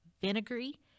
vinegary